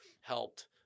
helped